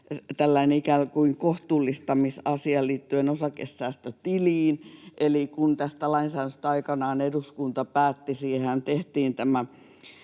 tärkeä ikään kuin kohtuullistamisasia liittyen osakesäästötiliin. Eli kun tästä lainsäädännöstä aikanaan eduskunta päätti, siihenhän tehtiin tämä